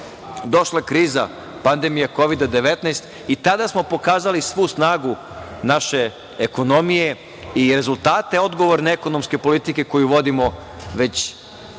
došla kriza pandemije Kovida-19, i tada smo pokazali svu snagu naše ekonomije i rezultate odgovorne ekonomske politike koju vodimo već